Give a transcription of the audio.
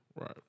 Right